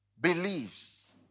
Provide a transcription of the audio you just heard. believes